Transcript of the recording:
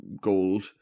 gold